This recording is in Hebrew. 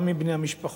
וגם עם בני המשפחות,